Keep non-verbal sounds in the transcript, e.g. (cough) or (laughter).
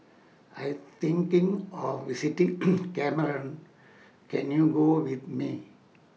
I Am thinking of visiting (noise) Cameroon Can YOU Go with Me